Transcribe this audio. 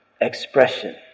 expression